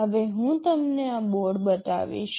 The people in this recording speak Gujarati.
હવે હું તમને આ બોર્ડ બતાવીશ